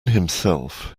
himself